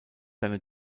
seine